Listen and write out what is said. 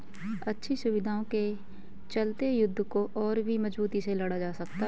अच्छी सुविधाओं के चलते युद्ध को और भी मजबूती से लड़ा जा सकता था